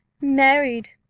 married!